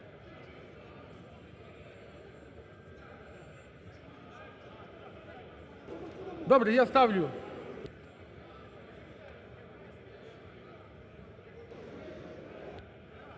Добре, я ставлю.